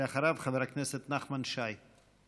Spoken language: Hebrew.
ואחריו, חבר הכנסת נחמן שי.